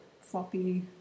floppy